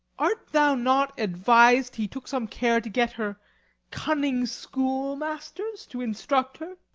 art thou not advis'd he took some care to get her cunning schoolmasters to instruct her?